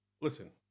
listen